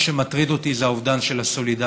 מה שמטריד אותי זה האובדן של הסולידריות,